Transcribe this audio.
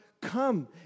come